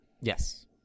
Yes